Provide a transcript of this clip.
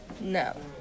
No